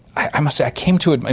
i must say i came to it, i